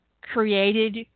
created